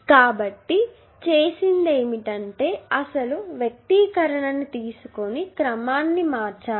కాబట్టి చేసినది ఏమిటంటే అసలు వ్యక్తీకరణని తీసుకొని క్రమాన్ని మార్చాను